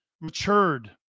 Matured